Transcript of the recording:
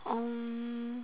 um